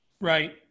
Right